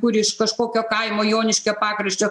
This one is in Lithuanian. kur iš kažkokio kaimo joniškio pakraščio